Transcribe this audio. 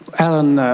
alan,